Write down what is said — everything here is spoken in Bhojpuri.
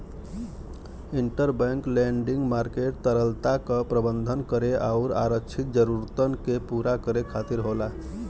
इंटरबैंक लेंडिंग मार्केट तरलता क प्रबंधन करे आउर आरक्षित जरूरतन के पूरा करे खातिर होला